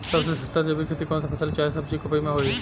सबसे सस्ता जैविक खेती कौन सा फसल चाहे सब्जी के उपज मे होई?